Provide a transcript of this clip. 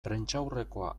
prentsaurrekoa